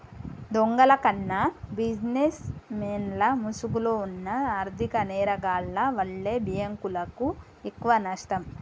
దొంగల కన్నా బిజినెస్ మెన్ల ముసుగులో వున్న ఆర్ధిక నేరగాల్ల వల్లే బ్యేంకులకు ఎక్కువనష్టం